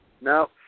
No